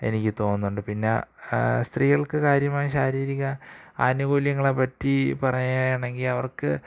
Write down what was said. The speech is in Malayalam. എനിക്ക് തോന്നുന്നുണ്ട് പിന്നെ സ്ത്രീകള്ക്ക് കാര്യമായി ശാരീരിക ആനുകൂല്യങ്ങളെപ്പറ്റി പറയാണെങ്കില് അവര്ക്ക്